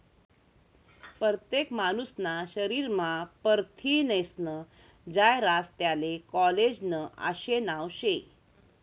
परतेक मानूसना शरीरमा परथिनेस्नं जायं रास त्याले कोलेजन आशे नाव शे